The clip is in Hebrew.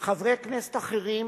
חברי כנסת אחרים